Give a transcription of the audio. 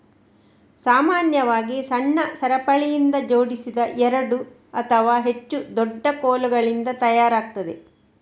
ಸಾಮಾನ್ಯವಾಗಿ ಸಣ್ಣ ಸರಪಳಿಯಿಂದ ಜೋಡಿಸಿದ ಎರಡು ಅಥವಾ ಹೆಚ್ಚು ದೊಡ್ಡ ಕೋಲುಗಳಿಂದ ತಯಾರಾಗ್ತದೆ